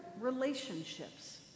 relationships